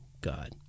God